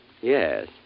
Yes